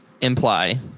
imply –